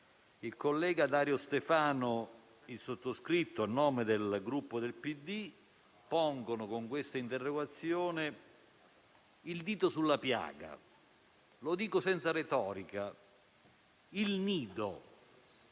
il collega Dario Stefano e il sottoscritto, a nome del Gruppo PD, pongono con questa interrogazione il dito sulla piaga. Dico, senza retorica, che